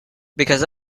because